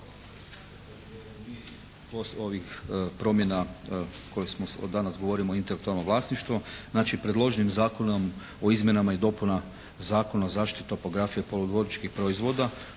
lipnja Prijedlog Zakona o izmjenama i dopunama Zakona o zaštiti topografije poluvodičkih proizvoda,